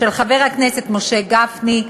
של חבר הכנסת משה גפני,